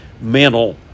mental